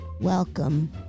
welcome